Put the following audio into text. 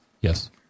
Yes